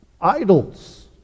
Idols